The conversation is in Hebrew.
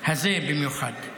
הזה במיוחד.